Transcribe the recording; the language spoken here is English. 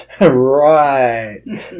Right